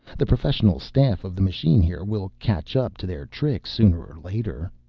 the professional staff of the machine here will catch up to their tricks sooner or later.